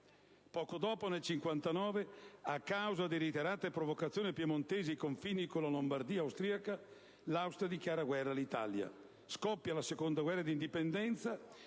Poco dopo (nel 1859), a causa di reiterate provocazioni piemontesi ai confini con la Lombardia austriaca, l'Austria dichiara guerra all'Italia. Scoppia così la Seconda guerra di indipendenza,